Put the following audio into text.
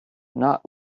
not